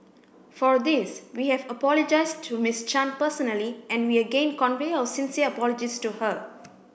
for this we have apologised to Miss Chan personally and we again convey our sincere apologies to her